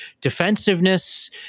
defensiveness